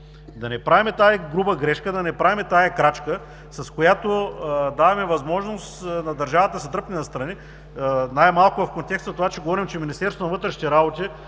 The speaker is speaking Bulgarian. Да не правим тази груба грешка, да не правим тази крачка, с която даваме възможност на държавата да се дръпне настрани. Най-малко в контекста на това, че говорим, че Министерството на вътрешните работи